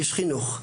איש חינוך,